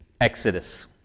Exodus